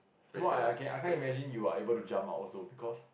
that's why I can I can't imagine you are able to jump like also because